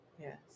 Yes